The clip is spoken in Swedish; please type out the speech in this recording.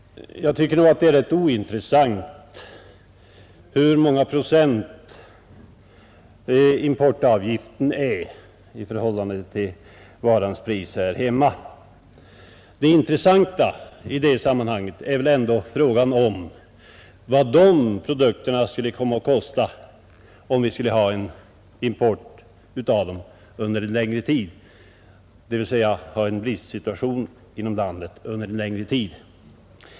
Jag tycker att det är rätt ointressant hur många procent importavgiften utgör av varans pris här hemma. Det intressanta i sammanhanget är väl ändå vad produkterna skulle komma att kosta om vi skulle importera dem under en längre tid, dvs. ha en bristsituation inom landet under en längre tid.